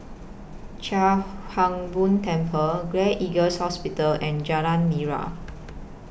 Chia Hung Boo Temple Gleneagles Hospital and Jalan Nira